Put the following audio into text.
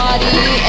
Body